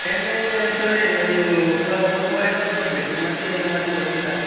payment ಏನು ತೊಂದರೆ ಇಲ್ಲ ನೀವೂ ಸ್ವಲ್ಪ ಅಡ್ವಾನ್ಸ್ ಕೊಡಬೇಕು ಮತ್ತು ಮತ್ತು ಕೊಟ್ಟರೆ ಸಾಕು